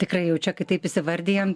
tikrai jau čia ka taip įsivardijam